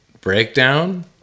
breakdown